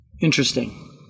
interesting